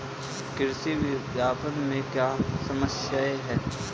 कृषि विपणन में क्या समस्याएँ हैं?